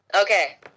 Okay